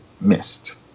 missed